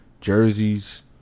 jerseys